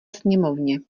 sněmovně